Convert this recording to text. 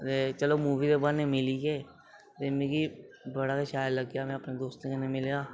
ते चलो मूवी दे ब्हान्ने मिली गे ते मिगी बड़ा गै शैल लग्गेआ में अपने दोस्तें कन्नै मिलेआ